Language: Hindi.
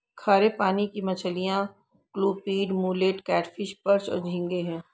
खारे पानी की मछलियाँ क्लूपीड, मुलेट, कैटफ़िश, पर्च और झींगे हैं